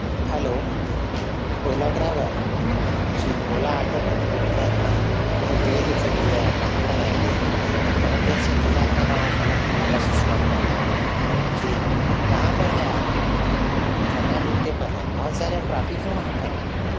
hello Ola driver جی Ola auto میں نے بک کیا تھا بہت دیر ہو چُکی ہے آپ کہاں پر ہیں میں بہت دیر سے انتظار کر رہا ہوں فلک نماں بس اسٹاپ پر جی کہاں پر ہیں آپ چناگٹے پر ہے بہت سارے ٹرافک ہیں وہاں پر